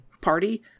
Party